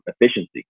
efficiency